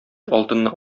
алтынны